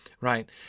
right